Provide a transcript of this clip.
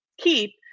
keep